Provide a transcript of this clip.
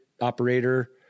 operator